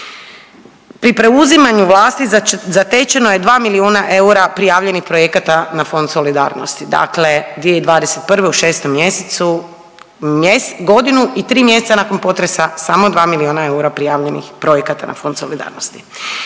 Pri preuzimanju vlasti zatečeno je 2 milijuna eura prijavljenih projekata na Fond solidarnosti, dakle 2021. u 6. mjesecu godinu i tri mjeseca nakon potresa samo 2 milijuna eura prijavljenih projekata na Fond solidarnosti.